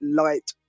light